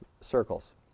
circles